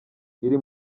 iri